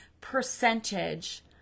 percentage